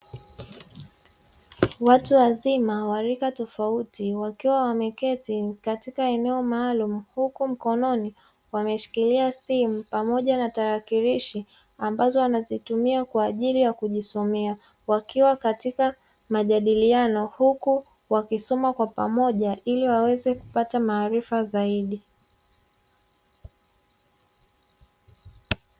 Watu wazima wa rika tofauti, wakiwa wameketi katika eneo maalumu, huku mkononi wameshikilia simu pamoja na tarakilishi ambazo wanazitumia kwa ajili ya kujisomea, wakiwa katika majadiliano, huku wakisoma kwa pamoja, ili waweze kupata maarifa zaidi.